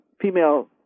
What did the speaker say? female